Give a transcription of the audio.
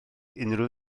unrhyw